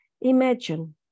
Imagine